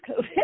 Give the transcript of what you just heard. COVID